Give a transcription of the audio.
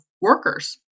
workers